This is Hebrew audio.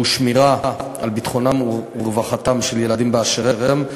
השמירה על ביטחונם ורווחתם של ילדים באשר הם.